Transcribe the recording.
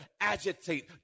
agitate